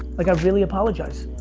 like i really apologize.